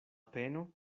peno